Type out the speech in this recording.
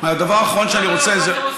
לא, הדבר האחרון שאני רוצה זה,